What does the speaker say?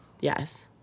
Yes